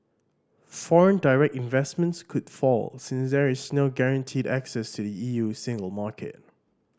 foreign direct investment could fall since there is no guaranteed access to the E U single market